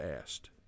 asked